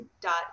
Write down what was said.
dot